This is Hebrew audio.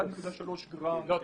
1.3 גרם.